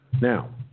Now